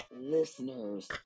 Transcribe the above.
listeners